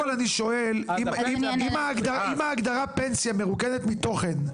אני שואל אם ההגדרה פנסיה מרוקנת מתוכן,